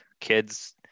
kids